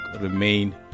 Remain